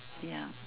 ya